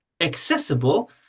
accessible